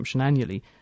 Annually